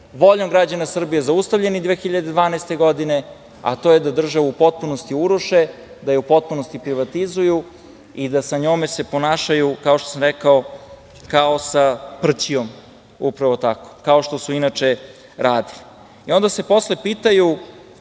voljom građana Srbije zaustavljeni 2012. godine, a to je da državu u potpunosti uruše, da je u potpunosti privatizuju i da se sa njome ponašaju, kao što sam rekao, kao sa prćijom, upravo tako, kao što su inače radili. Onda se posle pitaju,